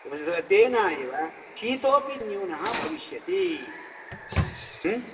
तेन एव शीतोपि न्यूनः भविष्यति